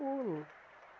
کُل